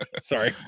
Sorry